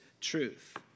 truth